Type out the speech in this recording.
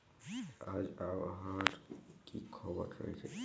আজ আবহাওয়ার কি খবর রয়েছে?